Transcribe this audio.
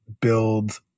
build